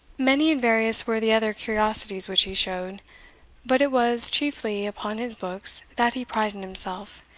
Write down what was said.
many and various were the other curiosities which he showed but it was chiefly upon his books that he prided himself,